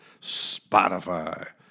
Spotify